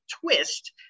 twist